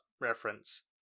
reference